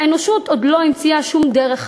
האנושות עוד לא המציאה שום דרך אחרת"